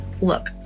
look